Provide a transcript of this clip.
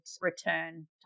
return